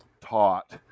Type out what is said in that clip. taught